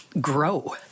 grow